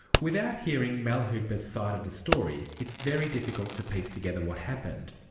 without hearing mal hooper's side of the story it's very difficult to piece together what happened.